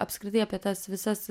apskritai apie tas visas